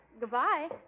Goodbye